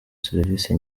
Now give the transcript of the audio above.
serivisi